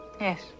Yes